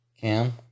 Cam